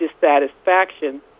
dissatisfaction